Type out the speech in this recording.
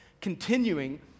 continuing